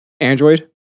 Android